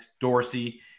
Dorsey